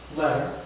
letter